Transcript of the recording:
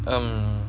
um